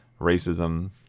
racism